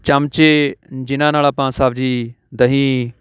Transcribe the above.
ਚਮਚੇ ਜਿਨ੍ਹਾਂ ਨਾਲ ਆਪਾਂ ਸਬਜ਼ੀ ਦਹੀਂ